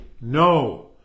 No